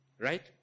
Right